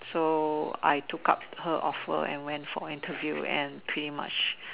so I took up her offer and went for an interview and pretty much